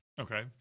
Okay